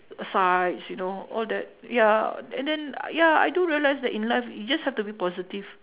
sides you know all that ya and then ya I do realise that in life you just have to be positive